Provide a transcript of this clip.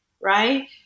right